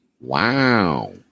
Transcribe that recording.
Wow